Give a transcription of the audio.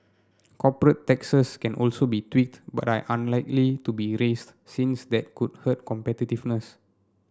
corporate taxes can also be tweaked but are unlikely to be raised since that could hurt competitiveness